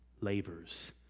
labors